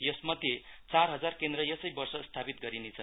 यसमध्ये चार हजार केन्द्र यसै वर्ष स्थापित गरिने छ